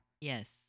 Yes